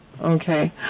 Okay